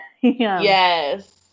Yes